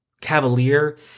cavalier